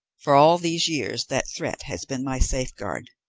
for all these years that threat has been my safeguard,